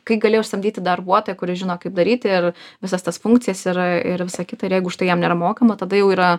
kai galiu aš samdyti darbuotoją kuris žino kaip daryti ir visas tas funkcijas ir ir visa kita ir jeigu už tai jam nėra mokama tada jau yra